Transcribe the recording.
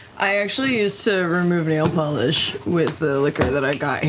i actually used to remove nail polish with the liquor that i got and